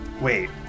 wait